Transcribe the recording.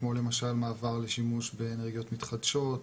כמו למשל מעבר לשימוש באנרגיות מתחדשות,